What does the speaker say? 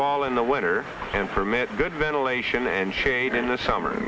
wall in the winter and from it good ventilation and shade in the summer